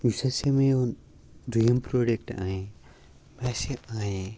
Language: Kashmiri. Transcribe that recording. یُس ہَسا میٛون دوٚیِم پرٛوڈَکٹہٕ اَنے مےٚ ہسا اَنے